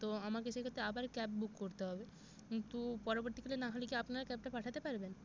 তো আমাকে সেক্ষেত্রে আবার ক্যাব বুক করতে হবে কিন্তু পরবর্তীকালে নাহলে কি আপনার ক্যাবটা পাঠাতে পারবেন